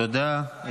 תודה.